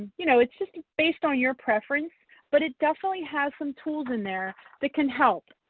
you know, it's just based on your preference but it definitely has some tools in there that can help.